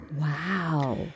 Wow